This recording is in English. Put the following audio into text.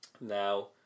Now